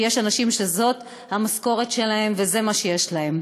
כי יש אנשים שזאת המשכורת שלהם וזה מה שיש להם.